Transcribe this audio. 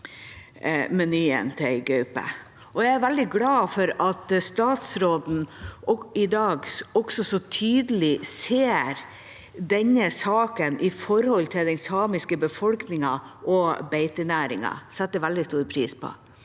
Jeg er veldig glad for at statsråden i dag også så tydelig ser denne saken i forhold til den samiske befolkningen og beitenæringen. Det setter jeg veldig stor pris på. Det